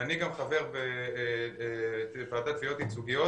אני חבר בוועדת תביעות ייצוגיות.